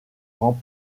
grand